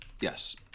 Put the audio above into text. Yes